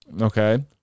Okay